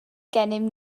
gennym